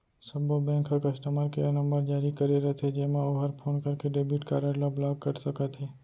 सब्बो बेंक ह customer care number जारी करे रथे जेमा ओहर फोन करके डेबिट कारड ल ब्लाक कर सकत हे